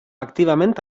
activament